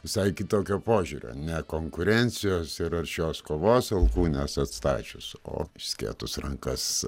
visai kitokio požiūrio ne konkurencijos ir aršios kovos alkūnes atstačius o išskėtus rankas